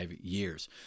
years